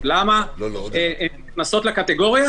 והגב' כהן מתל אביב שתרצה לקנות מותג,